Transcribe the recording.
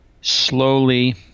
slowly